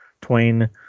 Twain